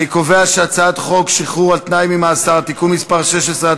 אני קובע שהצעת חוק שחרור על-תנאי ממאסר (תיקון מס' 16),